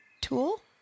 Tool